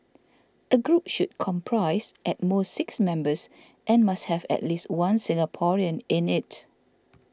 a group should comprise at most six members and must have at least one Singaporean in it